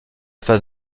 face